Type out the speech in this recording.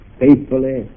faithfully